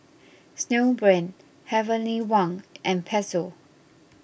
Snowbrand Heavenly Wang and Pezzo